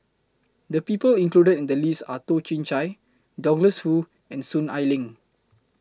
The People included in The list Are Toh Chin Chye Douglas Foo and Soon Ai Ling